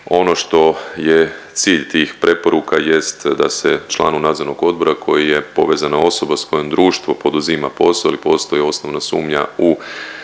ono što je cilj tih preporuka jest da se članu nadzornog odbora koji je povezana osoba s kojim društvo poduzima posao ili postoji osnovna sumnja u